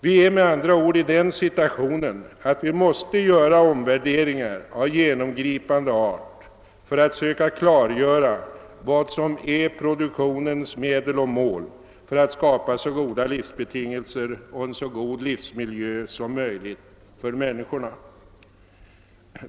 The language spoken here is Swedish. Vi är med andra ord i den situationen, att vi måste göra omvärderingar av genomgripande art för att söka klargöra vad som är produktionens medel och mål för att skapa så goda livsbetingelser och en så god livsmiljö som möjligt för människorna.